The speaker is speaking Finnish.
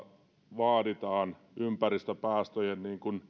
vaaditaan ympäristöpäästöjen